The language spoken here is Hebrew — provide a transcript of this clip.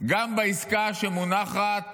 גם בעסקה שמונחת לפתחנו,